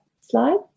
Slide